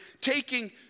taking